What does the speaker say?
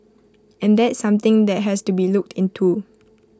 and that's something that has to be looked into